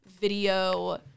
video –